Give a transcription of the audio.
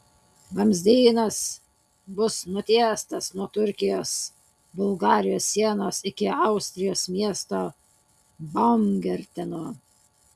vamzdynas bus nutiestas nuo turkijos bulgarijos sienos iki austrijos miesto baumgarteno